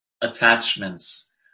attachments